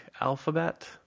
alphabet